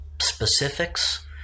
specifics